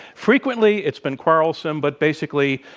frequently, it's been quarrelsome, but basically,